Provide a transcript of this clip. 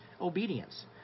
obedience